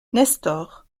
nestor